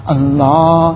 Allah